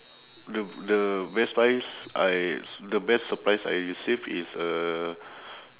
the the best prize I the best surprise I receive is a